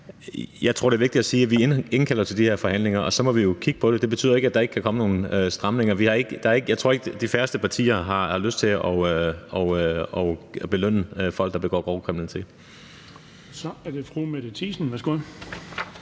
Jeg tror, det er vigtigt at sige, at vi indkalder til de her forhandlinger, og så må vi kigge på det. Det betyder jo ikke, at der ikke kan komme nogle stramninger. Jeg tror, det er de færreste partier, der har lyst til at belønne folk, der begår grov kriminalitet. Kl. 15:18 Den fg.